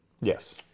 yes